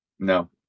No